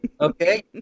Okay